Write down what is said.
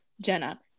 Jenna